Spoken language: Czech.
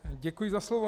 Děkuji za slovo.